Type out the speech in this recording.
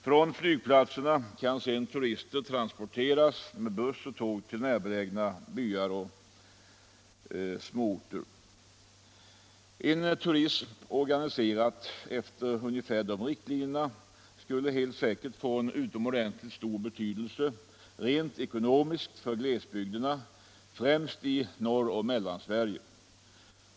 Från flygplatserna kan turister sedan med buss och tåg transporteras till närbelägna byar och småorter. En turism organiserad efter dessa riktlinjer skulle helt säkert få utomordentligt stor betydelse rent ekonomiskt för glesbygderna, främst i Norrland och Mellansverige.